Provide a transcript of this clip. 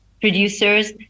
producers